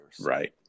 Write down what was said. right